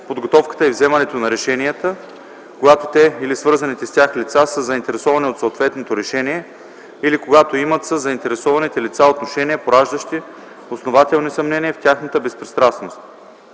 подготовката и вземането на решения, когато те или свързаните с тях лица са заинтересовани от съответното решение или когато имат със заинтересованите лица отношения, пораждащи основателни съмнения в тяхната безпристрастност.